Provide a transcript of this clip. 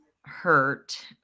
hurt